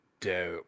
dope